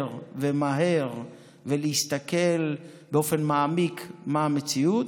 ומהר ולהסתכל באופן מעמיק על המציאות.